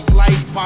life